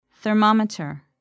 thermometer